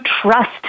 trust